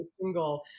single